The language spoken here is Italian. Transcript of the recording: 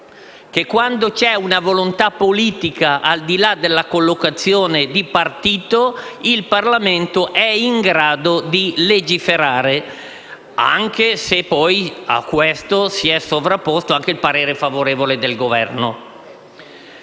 che quando c'è una volontà politica, al di là della collocazione di partito, il Parlamento è in grado di legiferare, anche se poi a ciò si è sovrapposto il parere favorevole del Governo.